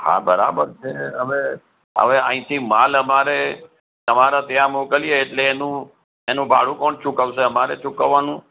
હા બરાબર છે હવે હવે અહીંથી માલ અમારે તમારા ત્યાં મોકલીએ એટલે એનું એનું ભાડું કોણ ચૂકવશે અમારે ચૂકવવાનું